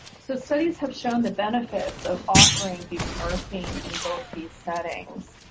so studies have shown the benefits of offering buprenorphine in both these settings